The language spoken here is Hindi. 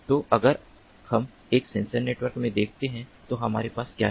तो अगर हम एक सेंसर नेटवर्क में देखते हैं तो हमारे पास क्या है